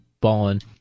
balling